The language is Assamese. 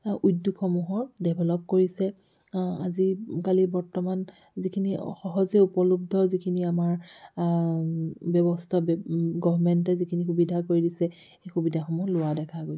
উদ্যোগসমূহৰ ডেভেলপ কৰিছে আজিকালি বৰ্তমান যিখিনি সহজে উপলব্ধ যিখিনি আমাৰ ব্যৱস্থা গভমেণ্টে যিখিনি সুবিধা কৰি দিছে সেই সুবিধাসমূহ লোৱা দেখা গৈছে